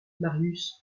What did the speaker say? marius